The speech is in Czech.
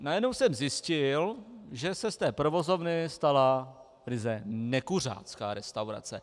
Najednou jsem zjistil, že se z té provozovny stala ryze nekuřácká restaurace.